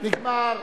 נגמר.